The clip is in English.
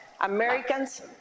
Americans